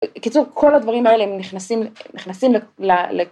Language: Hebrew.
קיצור כל הדברים האלה הם נכנסים... הם נכנסים ל... ל...